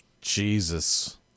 Jesus